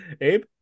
Abe